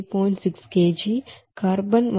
60 కిలోలు కార్బన్ 1